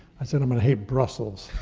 i said, i'm gonna hate brussels.